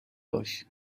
باش